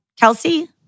Kelsey